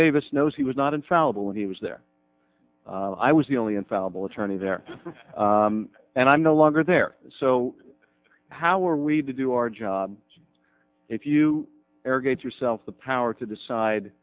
davis knows he was not infallible when he was there i was the only infallible attorney there and i'm no longer there so how are we to do our job if you arrogance yourself the power to decide